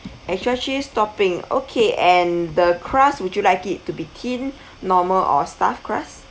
extra cheese topping okay and the crust would you like it to be thin normal or stuffed crust